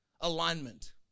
alignment